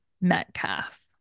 Metcalf